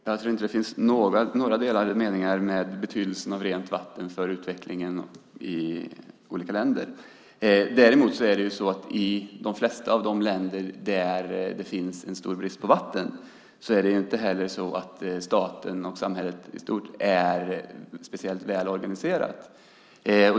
Fru talman! Jag tror inte att det finns några delade meningar om betydelsen av rent vatten för utvecklingen i olika länder. Däremot är det så att i de flesta av de länder där det råder stor brist på vatten är det inte heller så att staten och samhället i stort är speciellt väl organiserade.